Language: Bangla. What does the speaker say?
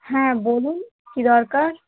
হ্যাঁ বলুন কী দরকার